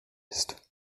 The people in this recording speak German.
ist